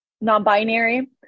non-binary